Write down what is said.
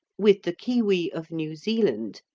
with the kiwi of new zealand,